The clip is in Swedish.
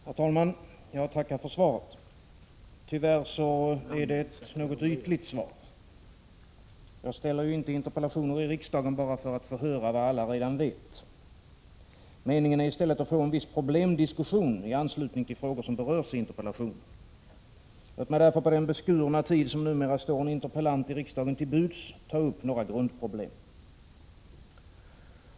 Herr talman! Jag tackar för svaret. Tyvärr är det ett ytligt svar. Jag ställer inte interpellationer i riksdagen bara för att få höra vad alla redan vet. Meningen är i stället att få en viss problemdiskussion i anslutning till frågor som berörs i interpellationen. Låt mig på den beskurna tid som numera står en interpellant i riksdagen till buds ta upp några grundproblem.